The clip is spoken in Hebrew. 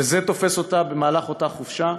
וזה תפס אותה באותה חופשה.